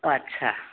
आस्सा